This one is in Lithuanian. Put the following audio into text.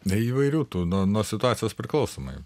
na įvairių tų nuo nuo situacijos priklausomai